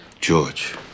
George